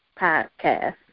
Podcast